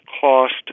cost